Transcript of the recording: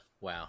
wow